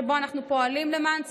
שבו אנחנו פועלים למען הציבור,